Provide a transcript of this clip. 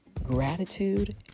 gratitude